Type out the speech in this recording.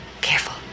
Careful